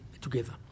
together